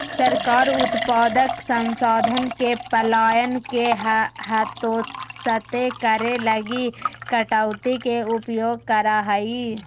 सरकार उत्पादक संसाधन के पलायन के हतोत्साहित करे लगी कटौती के उपयोग करा हइ